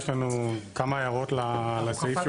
יש לנו כמה הערות לסעיף שהוקרא.